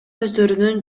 өздөрүнүн